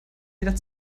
wieder